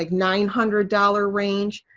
like nine hundred dollars range.